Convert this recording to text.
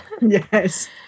yes